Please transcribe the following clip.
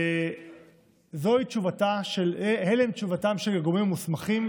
אלה תשובותיהם של הגורמים המוסמכים.